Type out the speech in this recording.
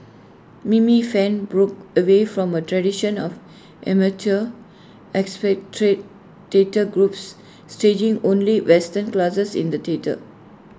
Mimi fan broke away from A tradition of amateur expatriate data groups staging only western classics in the theatre